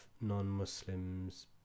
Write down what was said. non-muslims